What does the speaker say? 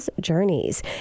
journeys